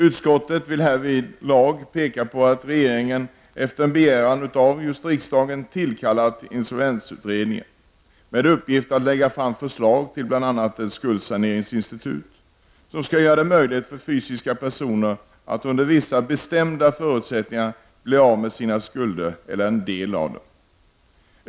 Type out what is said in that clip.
Utskottet vill härvidlag peka på att regeringen efter en begäran av riksdagen har tillkallat insolvensutredningen. Denna har till uppgift att lägga fram förslag till bl.a. ett skuldsaneringsinstitut, som skall göra det möjligt för fysiska personer att under vissa bestämda förutsättningar bli av med sina skulder eller en del av dem.